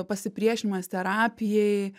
pasipriešinimas terapijai